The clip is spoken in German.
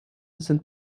sind